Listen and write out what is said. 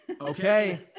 Okay